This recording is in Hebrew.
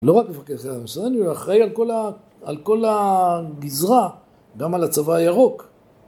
לא רק מפקד אחראי על המשרד, אלא הוא אחראי על כל הגזרה, גם על הצבא הירוק.